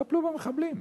טפלו במחבלים,